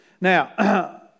Now